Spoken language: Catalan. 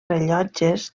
rellotges